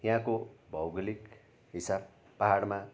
यहाँको भौगोलिक हिसाब पाहाडमा